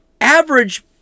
average